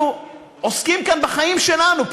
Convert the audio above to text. אנחנו עוסקים כאן בחיים שלנו,